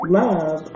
love